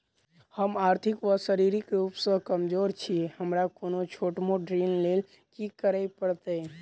हम आर्थिक व शारीरिक रूप सँ कमजोर छी हमरा कोनों छोट मोट ऋण लैल की करै पड़तै?